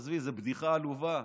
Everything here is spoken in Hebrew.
עזבי, זו בדיחה עלובה.